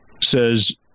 says